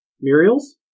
Muriel's